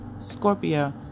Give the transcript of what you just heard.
Scorpio